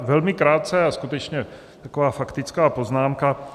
Já velmi krátce a skutečně taková faktická poznámka.